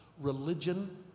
Religion